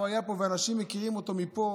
הוא היה פה, ואנשים מכירים אותו מפה.